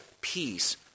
peace